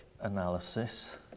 analysis